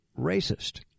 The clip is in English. racist